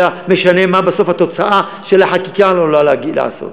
אלא משנה מה בסוף התוצאה שהחקיקה עלולה לעשות,